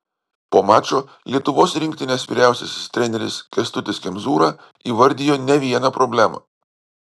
po mačo lietuvos rinktinės vyriausiasis treneris kęstutis kemzūra įvardijo ne vieną problemą